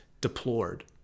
deplored